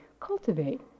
cultivate